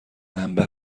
انبه